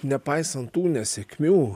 nepaisant tų nesėkmių